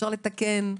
לתקן.